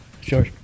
Sure